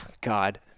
God